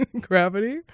gravity